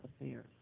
affairs